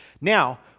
Now